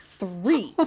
three